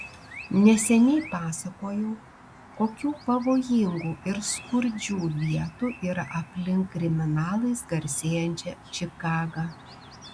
neseniai pasakojau kokių pavojingų ir skurdžių vietų yra aplink kriminalais garsėjančią čikagą